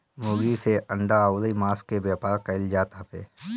मुर्गी से अंडा अउरी मांस के व्यापार कईल जात हवे